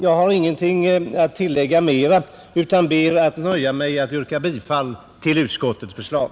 Jag har ingenting att tillägga utan nöjer mig med att yrka bifall till utskottets förslag.